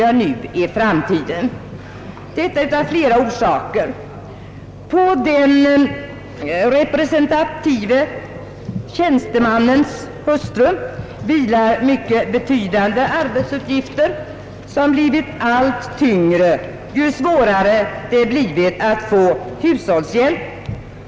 Denna uppfattning har flera orsaker. På den representativa tjänstemannens hustru vilar mycket betydande arbetsuppgifter som blivit allt tyngre ju svårare det blivit att få hushållshjälp.